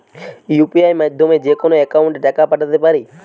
UPI মাধ্যমে যেকোনো একাউন্টে টাকা পাঠাতে পারি?